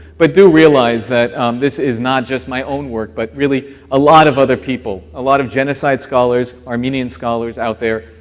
but do realize that this is not just my own work, but really a lot of other people, a lot of genocide scholars, armenian scholars out there,